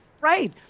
Right